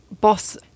boss